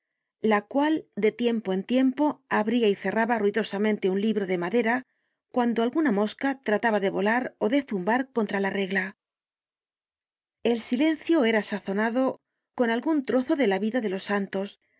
la cual de tiempo en tiempo abria y cerraba ruidosamente un libro de madera cuando alguna mosca trataba de volar ó de zumbar contra la regla el silencio era sazonado con algun trozo de la vida de los santos